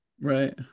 right